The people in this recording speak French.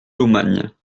lomagne